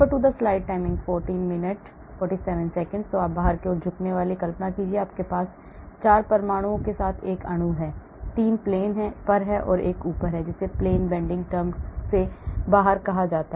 तो बाहर की ओर झुकने वाला कल्पना कीजिए कि आपके पास 4 परमाणुओं के साथ एक अणु है 3 plane पर है और एक ऊपर है जिसे plane bending term से बाहर कहा जाता है